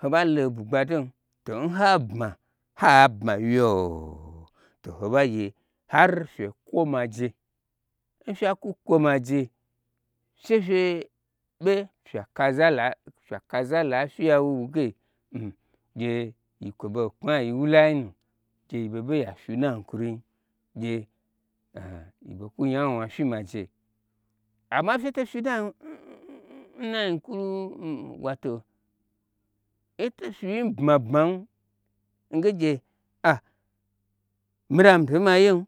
Hoɓa lo bwugba don n ha bma ha bma wye ooo to ho bagye har fye kwoma ɗe n fya kwu kwo maje she fye be fye aka zalai fyi ya wuwu ge, gye kwo ɓo n kwonya yi wulai nu. Gye yi ɓoɓe ya fyi na nyi kuri gye yi ɓo kwu yinya wnafyi maje. Amma nfye to fyi woto n fyeto fyi n bma bmam n ge gye mida mitei mayem